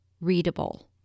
readable